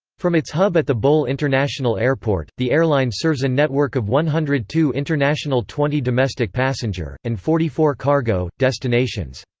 from its hub at the bole international airport, the airline serves a network of one hundred and two international twenty domestic passenger, and forty four cargo, destinations.